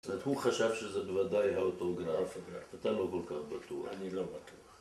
הוא חשב שזה בוודאי האוטוגרף, אתה לא כל כך בטוח, אני לא בטוח